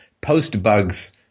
post-bugs